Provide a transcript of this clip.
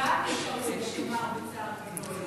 רובם נשארו, יש לומר, בצער גדול.